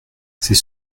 c’est